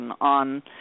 on